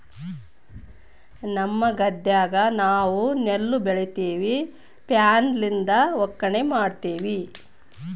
ನಮ್ಮ ಗದ್ದೆಗ ನಾವು ನೆಲ್ಲು ಬೆಳಿತಿವಿ, ಫ್ಲ್ಯಾಯ್ಲ್ ಲಿಂದ ಒಕ್ಕಣೆ ಮಾಡ್ತಿವಿ